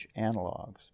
analogs